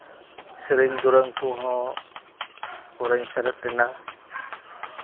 ᱥᱮᱨᱮᱧ ᱫᱩᱨᱟᱹᱝ ᱠᱚᱦᱚᱸ ᱯᱩᱨᱟᱹᱧ ᱥᱮᱞᱮᱫ ᱮᱱᱟ